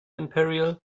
imperial